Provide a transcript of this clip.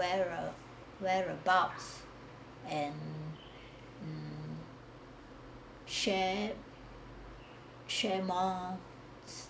wherea~ whereabouts and mm share share mores